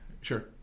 Sure